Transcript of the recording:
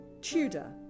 Tudor